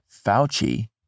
Fauci